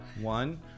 One